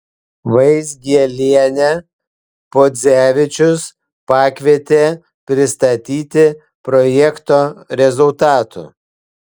vaizgielienę podzevičius pakvietė pristatyti projekto rezultatų